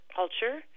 culture